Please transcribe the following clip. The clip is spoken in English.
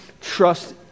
trust